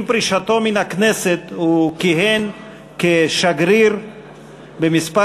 עם פרישתו מן הכנסת הוא כיהן כשגריר בכמה